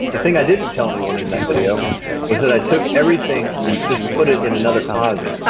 the thing i didn't tell everyone in that video was that i took everything and just put it in another closet.